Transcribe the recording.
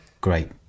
Great